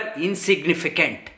insignificant